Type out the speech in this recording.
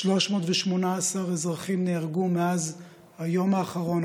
318 אזרחים נהרגו מאז היום האחרון,